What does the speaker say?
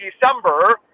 December